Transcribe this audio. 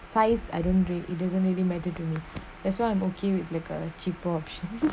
size I don't it doesn't really matter to me that's what I'm okay with like a cheaper option